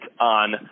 on